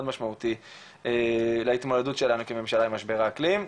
משמעותי להתמודדות שלנו כממשלה עם משבר האקלים.